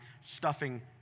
stuffing